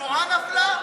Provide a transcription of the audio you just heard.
התנועה נפלה?